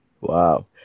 Wow